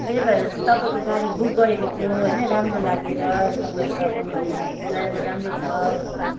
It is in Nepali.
त्यही भएर चाहिँ तपाईँको गाडी बुक गरेको थियो होइन राम्रो लागेर तपाईँहरूको अब ड्राइभर राम्रो छ अब